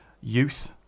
youth